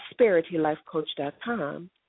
prosperitylifecoach.com